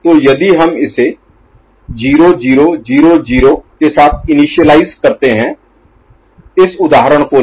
तो यदि हम इसे 0 0 0 0 के साथ इनिशियलाइज़ Initialize आरंभ करते हैं इस उदाहरण को लें